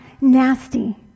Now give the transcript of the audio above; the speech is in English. nasty